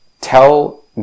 tell